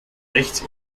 rechts